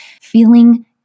feeling